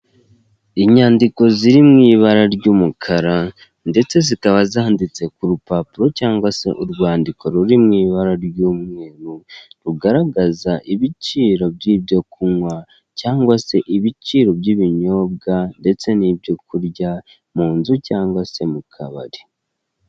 Inyandiko ziri mu ibara ry'umukara ndetse zikaba zanditse ku rupapuro cyangwa se urwandiko ruri mu ibara ry'umweru, rugaragaza ibiciro by'ibyo kunywa cyangwa se ibiciro by'ibinyobwa ndetse n'ibyo kurya mu nzu cyangwa se mu kabari.